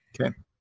Okay